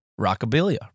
Rockabilia